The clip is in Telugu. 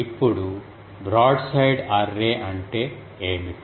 ఇప్పుడు బ్రాడ్సైడ్ అర్రే అంటే ఏమిటి